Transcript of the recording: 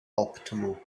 optimal